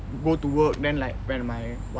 go to work then like when my what